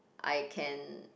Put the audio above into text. I can